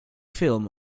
film